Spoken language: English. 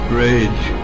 rage